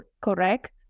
correct